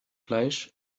fleisch